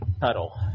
Tuttle